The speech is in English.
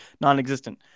non-existent